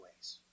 ways